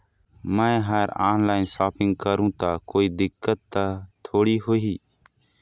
मैं हर online shopping करू ता कोई दिक्कत त थोड़ी होही?